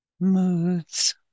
Moods